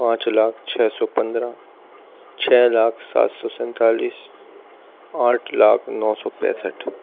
پانچ لاکھ چھ سو پندرہ چھ لاکھ سات سو سینتالیس آٹھ لاکھ نو سو پینسٹھ